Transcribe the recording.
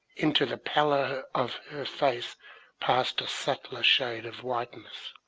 into the pallor of her face passed a subtler shade of whiteness,